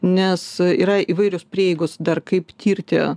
nes yra įvairios prieigos dar kaip tirti